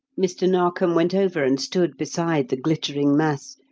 mr. narkom went over and stood beside the glittering mass,